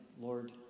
Lord